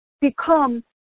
become